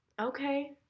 okay